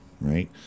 right